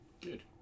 Good